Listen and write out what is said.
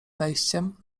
wejściem